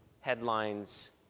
headlines